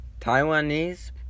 Taiwanese